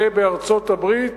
זה בארצות-הברית,